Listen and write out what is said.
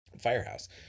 firehouse